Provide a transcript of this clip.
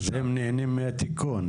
אז הם נהנים מהתיקון,